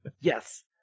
Yes